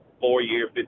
four-year